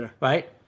right